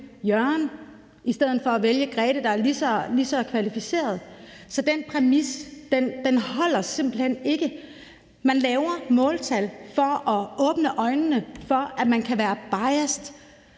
i stedet for at vælge Grethe, der er lige så kvalificeret? Så den præmis holder simpelt hen ikke. Man laver måltal for at åbne øjnene for, at man kan være biased.